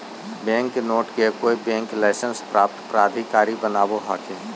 bank note के कोय bank licence प्राप्त प्राधिकारी बनावो हखिन